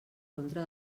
contra